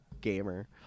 gamer